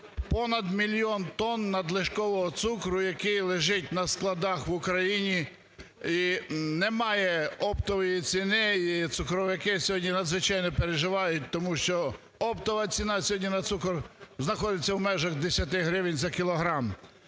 понад мільйон тонн надлишкового цукру, який лежить на складах в Україні і не має оптової ціни і цукровики сьогодні надзвичайно переживають, тому що оптова ціна сьогодні на цукор знаходиться в межах 10 гривень за кілограм.